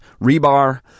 rebar